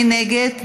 מי נגד?